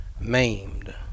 maimed